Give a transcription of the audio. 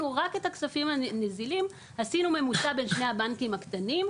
עשינו ממוצע ביניהם,